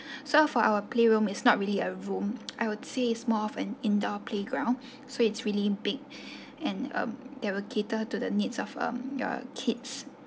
so for our playroom is not really a room I would say is more of an indoor playground so it's really big and um that will cater to the needs of um your kids